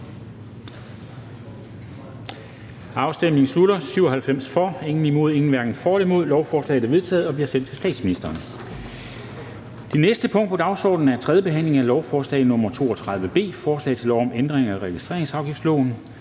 stemte 0, hverken for eller imod stemte 0. Lovforslaget er enstemmigt vedtaget og bliver sendt til statsministeren. --- Det næste punkt på dagsordenen er: 12) 3. behandling af lovforslag nr. L 32 B: Forslag til lov om ændring af registreringsafgiftsloven.